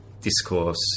discourse